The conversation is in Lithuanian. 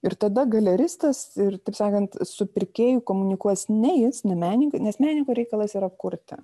ir tada galeristas ir taip sakant su pirkėju komunikuos ne jis ne menininkai nes menininkų reikalas yra kurti